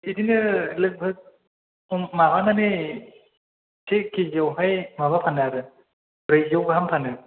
बिदिनो लोग बोग खम माबानानै थिग खेजियावहाय माबा फानो आरो ब्रैजौ गाहाम फानो